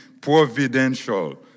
providential